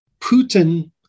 Putin